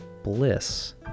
Bliss